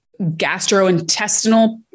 gastrointestinal